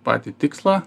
patį tikslą